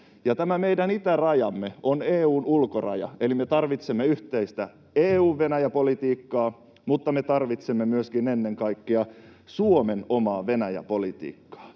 Tämä meidän itärajamme on EU:n ulkoraja, eli me tarvitsemme yhteistä EU:n Venäjä-politiikkaa, mutta me tarvitsemme myöskin ennen kaikkea Suomen omaa Venäjä-politiikkaa.